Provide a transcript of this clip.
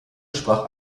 sprach